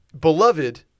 Beloved